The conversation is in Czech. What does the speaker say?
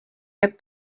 jak